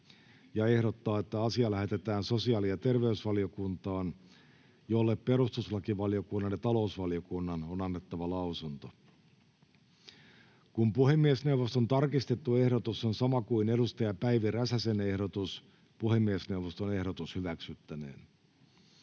ja ehdottaa, että asia lähetetään sosiaali- ja terveysvaliokuntaan, jolle perustuslakivaliokunnan ja talousvaliokunnan on annettava lausunto. Kun puhemiesneuvoston tarkistettu ehdotus on sama kuin edustaja Päivi Räsäsen ehdotus, puhemiesneuvoston ehdotus hyväksyttäneen?